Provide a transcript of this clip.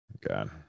God